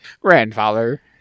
Grandfather